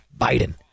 Biden